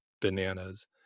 bananas